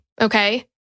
Okay